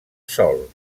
sòl